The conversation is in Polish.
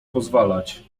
pozwalać